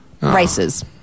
races